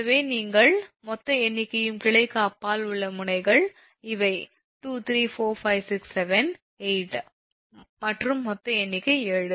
எனவே இங்கே மொத்த எண்ணிக்கையும் கிளைக்கு அப்பால் உள்ள முனைகள் இவை 2345678 மற்றும் மொத்த எண்ணிக்கை 7